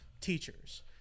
teachers